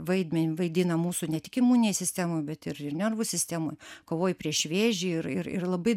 vaidmenį vaidina mūsų ne tik imuninėj sistemoj bet ir ir nervų sistemoj kovoj prieš vėžį ir ir ir labai